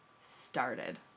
started